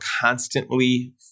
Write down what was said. constantly